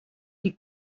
die